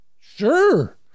Sure